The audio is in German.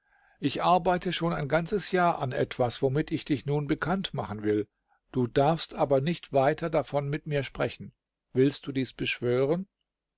ich arbeite schon ein ganzes jahr an etwas womit ich dich nun bekannt machen will du darfst aber nicht weiter davon mit mir sprechen willst du dies beschwören